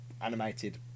animated